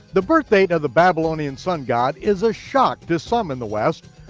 the birthdate of the babylonian sun-god is a shock to some in the west,